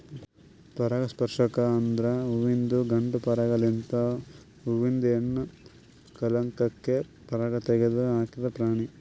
ಪರಾಗಸ್ಪರ್ಶಕ ಅಂದುರ್ ಹುವಿಂದು ಗಂಡ ಪರಾಗ ಲಿಂತ್ ಹೂವಿಂದ ಹೆಣ್ಣ ಕಲಂಕಕ್ಕೆ ಪರಾಗ ತೆಗದ್ ಹಾಕದ್ ಪ್ರಾಣಿ